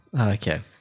Okay